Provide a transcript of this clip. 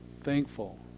thankful